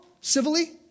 civilly